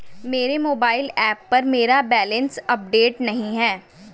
मेरे mobile app पर मेरा बैलेंस अपडेट नहीं है